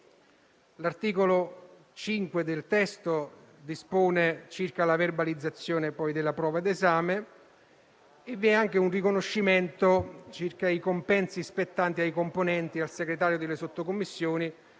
L'articolo 5 del testo dispone circa la verbalizzazione della prova d'esame e vi è anche un riconoscimento dei compensi spettanti ai componenti e al segretario delle sottocommissioni,